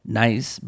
nice